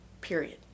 Period